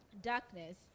darkness